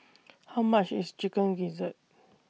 How much IS Chicken Gizzard